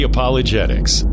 Apologetics